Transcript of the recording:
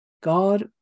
God